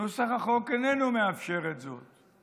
נוסח החוק איננו מאפשר את זאת.